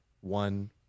one